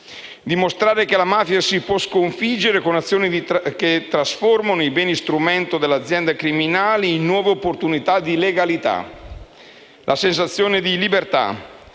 dimostrare che si può sconfiggere la mafia con azioni che trasformano i beni strumento dell'azienda criminale in nuove opportunità di legalità, nella sensazione di libertà